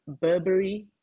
Burberry